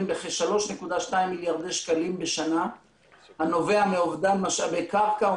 בכ-3.2 מיליארד שקלים בשנה הנובע מאובדן משאבי קרקע,